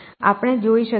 આપણે જોઈ શકીએ છીએ